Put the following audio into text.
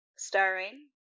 starring